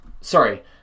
Sorry